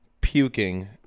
Puking